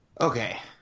Okay